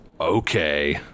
okay